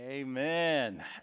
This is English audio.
Amen